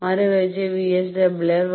മറുവശത്ത് VSWR 1